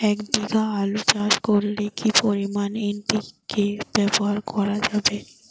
এক বিঘে আলু চাষ করলে কি পরিমাণ এন.পি.কে ব্যবহার করা যাবে?